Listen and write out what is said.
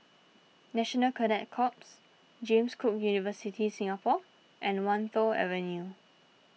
National Cadet Corps James Cook University Singapore and Wan Tho Avenue